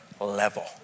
level